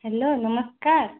hello ନମସ୍କାର